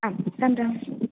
आं रां राम्